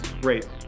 Great